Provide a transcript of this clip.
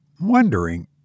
wondering